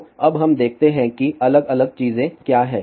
तो अब हम देखते हैं कि अलग अलग चीजें क्या हैं